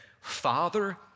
Father